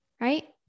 right